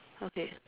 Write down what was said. okay